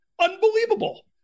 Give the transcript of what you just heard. Unbelievable